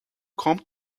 come